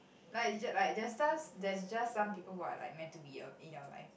like j~ like there's just there's just some people who are like meant to be um in your life